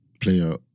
player